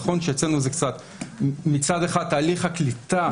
נכון שאצלנו מצד אחד תהליך הקליטה,